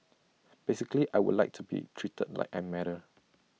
basically I would like to be treated like I matter